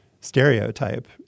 stereotype